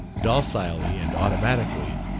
docilely and automatically,